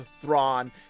Thrawn